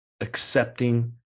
accepting